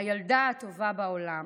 הילדה הטובה בעולם.